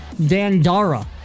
Dandara